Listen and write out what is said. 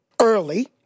early